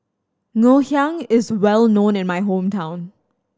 Ngoh Hiang is well known in my hometown